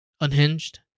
unhinged